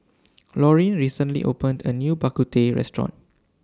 Laurene recently opened A New Bak Kut Teh Restaurant